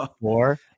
four